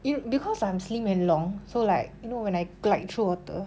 you because I'm slim and long so like you know when I glide through water